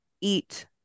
eat